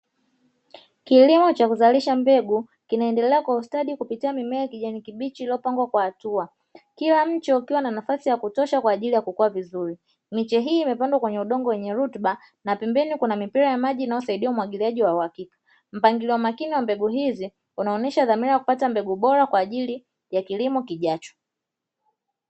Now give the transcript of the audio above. Kilimo cha kuzalisha mbegu, kinaendelea kwa ustadi kupitia mimea ya kijamii kibichi iliyopangwa kwa hatua, kila mtu ukiwa na nafasi ya kutosha kwa ajili ya kukua vizuri. Miche hii imepandwa kwenye udongo wenye rutuba na pembeni kuna mipira ya maji inayosaidia umwagiliaji wa uhakika. Mpangilio wa makini wa mbegu hizi, unaonyesha dhamira ya kupata mbegu bora kwa ajili ya kilimo kijacho.